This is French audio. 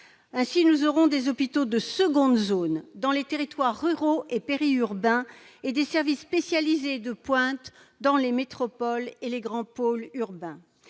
Nous aurons ainsi des hôpitaux de seconde zone dans les territoires ruraux et périurbains et des services spécialisés et de pointe dans les métropoles et les grands pôles urbains.